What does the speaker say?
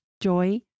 joy